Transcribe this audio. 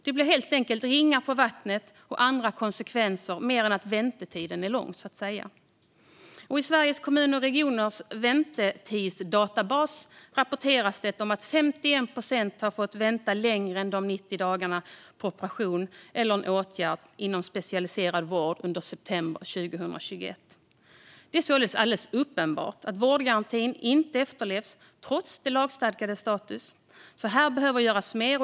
Det blir helt enkelt ringar på vattnet och andra konsekvenser utöver att väntetiden är lång. I Sveriges Kommuner och Regioners väntetidsdatabas rapporteras det om att 51 procent har fått vänta längre än de 90 dagarna på operation eller åtgärd inom specialiserad vård under september 2021. Det är således alldeles uppenbart att vårdgarantin inte efterlevs trots sin lagstadgade status. Här behöver det göras mer.